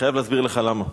אני חייב להסביר לך למה.